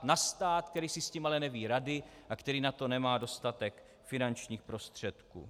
Na stát, který si s tím ale neví rady a který na to nemá dostatek finančních prostředků.